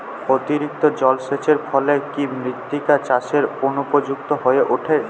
অতিরিক্ত জলসেচের ফলে কি মৃত্তিকা চাষের অনুপযুক্ত হয়ে ওঠে?